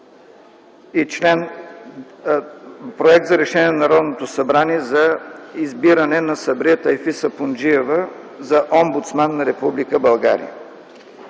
внасяме проект за решение на Народното събрание за избиране на Сабрие Тайфи Сапунджиева за омбудсман на Република